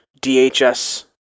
DHS